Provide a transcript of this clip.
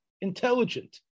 intelligent